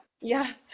Yes